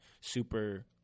super